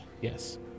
Yes